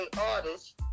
artists